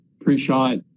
pre-shot